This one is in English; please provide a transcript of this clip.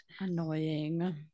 Annoying